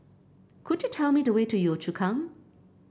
could you tell me the way to Yio Chu Kang